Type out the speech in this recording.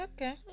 okay